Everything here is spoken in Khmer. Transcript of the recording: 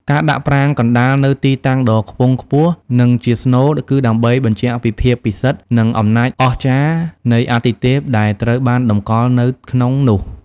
ការដាក់ប្រាង្គកណ្តាលនៅទីតាំងដ៏ខ្ពង់ខ្ពស់ និងជាស្នូល គឺដើម្បីបញ្ជាក់ពីភាពពិសិដ្ឋ និងអំណាចអស្ចារ្យនៃអាទិទេពដែលត្រូវបានតម្កល់នៅក្នុងនោះ។